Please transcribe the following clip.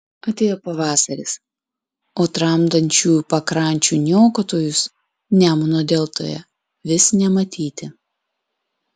atėjo pavasaris o tramdančiųjų pakrančių niokotojus nemuno deltoje vis nematyti